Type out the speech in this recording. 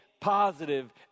positive